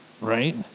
Right